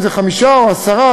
אם חמישה או עשרה,